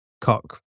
Cock